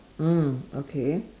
mm okay